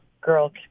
girl